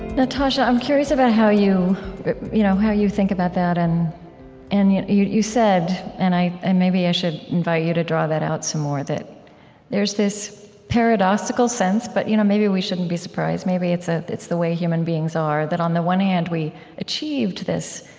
natasha, i'm curious about how you you know how you think about that. and and you you said and and maybe i should invite you to draw that out some more that there's this paradoxical sense, but you know maybe we shouldn't be surprised. maybe it's ah it's the way human beings are, that on the one hand, we achieved this